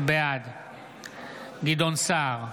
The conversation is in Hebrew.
בעד גדעון סער,